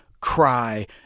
cry